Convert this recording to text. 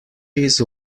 his